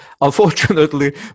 unfortunately